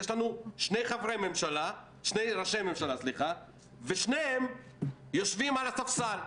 יש לנו שני ראשי ממשלה ושניהם יושבים על ספסל.